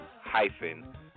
hyphen